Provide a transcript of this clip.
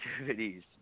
activities